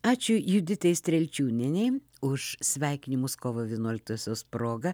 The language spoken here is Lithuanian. ačiū juditai strelčiūnieniai už sveikinimus kovo vienuoliktosios proga